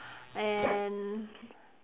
and